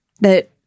that-